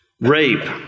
rape